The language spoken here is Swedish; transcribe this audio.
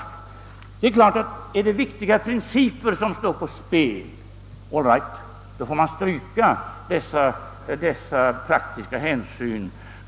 Det är klart att om viktiga principer står på spel får man stryka dessa taktiska hänsyn.